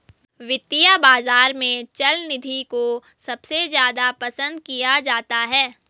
वित्तीय बाजार में चल निधि को सबसे ज्यादा पसन्द किया जाता है